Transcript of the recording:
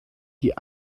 die